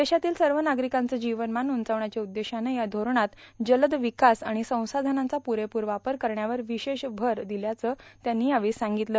देशातील सर्व नागरिकांचं जीवनमान उंचावण्याच्या उद्देशानं या धोरणात जलद विकास आणि संसाधनांचा पुरेपूर वापर करण्यावर विशेष भर दिला असल्याचं श्री जेटली यांनी सांगितलं